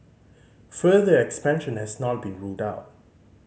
further expansion has not been ruled out